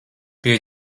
pie